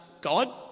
God